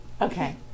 Okay